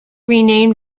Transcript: renamed